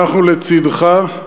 אנחנו לצדך,